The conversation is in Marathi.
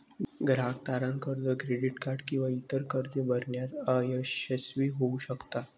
ग्राहक तारण कर्ज, क्रेडिट कार्ड किंवा इतर कर्जे भरण्यात अयशस्वी होऊ शकतात